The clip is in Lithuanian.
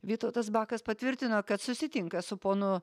vytautas bakas patvirtino kad susitinka su ponu